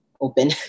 open